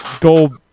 go